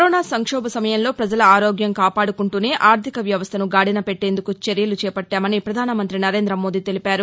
corona సంక్షోభ సమయంలో పజల ఆరోగ్యం కాపాడుకుంటూనే ఆర్లిక వ్యవస్లను గాడిన పెట్లేందుకు చర్యలు చేపట్లామని పధానమంతి నరేంద మోదీ తెలిపారు